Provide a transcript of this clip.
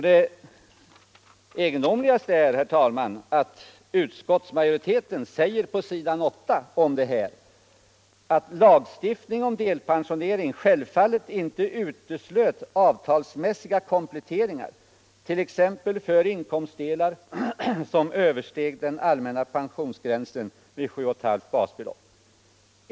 Det egendomligaste, herr talman, är vad utskottsmajoriteten säger på s. 8isitt betänkande, där den erinrar om att ”lagstiftningen om delpensionering självfallet inte uteslöt avtalsmässiga kompletteringar t.ex. för inkomstdelar som översteg den allmänna pensionsgränsen vid 7,5 basbelopp.